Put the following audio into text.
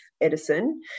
Edison